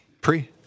Pre